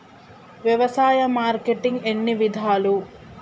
వ్యవసాయ మార్కెటింగ్ ఎన్ని విధాలు?